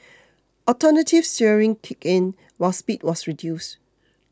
alternative steering kicked in while speed was reduced